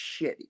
shitty